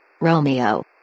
Romeo